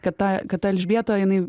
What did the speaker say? kad tą kad ta elžbieta jinai